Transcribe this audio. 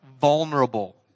vulnerable